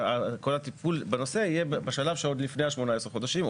כל הטיפול בנושא יהיה בשלב שעוד לפני 18 החודשים,